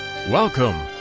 Welcome